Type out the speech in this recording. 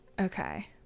okay